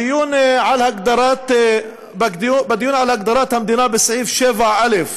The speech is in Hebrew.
בדיון על הגדרת המדינה, בסעיף 7א,